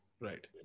Right